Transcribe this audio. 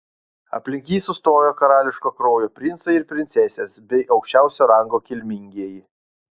aplink jį sustojo karališko kraujo princai ir princesės bei aukščiausio rango kilmingieji